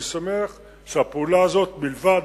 אני שמח שהיתה הפעולה הזאת בלבד,